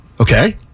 Okay